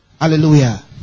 Hallelujah